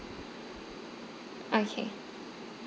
okay